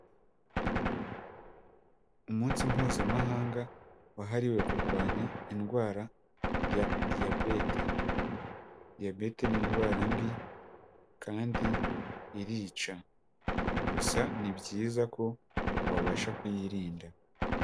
Umunsi mpuzamahanga wahariwe kurwanya indwara ya diyabete, diyabete ni indwara mbi kandi irica, gusa ni byiza ko wabasha kuyirinda.